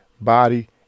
body